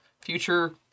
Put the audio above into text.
future